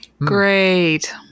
Great